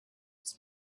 his